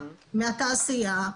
מהתעשייה,